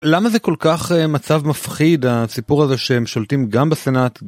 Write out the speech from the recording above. למה זה כל כך מצב מפחיד, הסיפור הזה שהם שולטים גם בסנאט?